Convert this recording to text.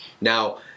Now